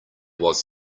was